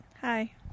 Hi